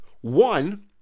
one